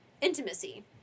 intimacy